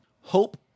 Hope